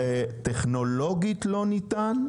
זה טכנולוגית לא ניתן?